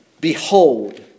Behold